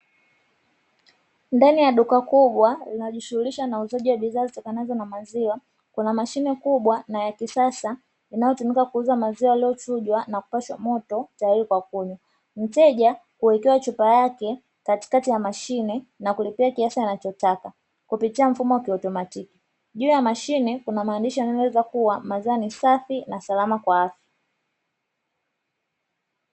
Ndani ya duka kubwa inajishughulisha na uuzaji wa bidhaa zitakazo na maziwa, kuna mashine kubwa na ya kisasa inayotumika kuuza maziwa yaliyochujwa na kupashwa moto tayari kwa kunywa, mteja huwekewa chupa yake katikati ya mashine na kulipia kiasi anachotaka kupitia mfumo kiatomatiki, juu ya mashine kuna maandishi yanayoeleza kuwa, maziwa ni safi na salama kwa afya.